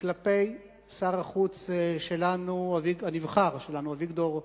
כלפי שר החוץ הנבחר שלנו, אביגדור ליברמן.